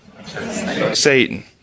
Satan